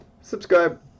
subscribe